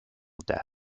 death